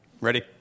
Ready